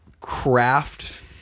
craft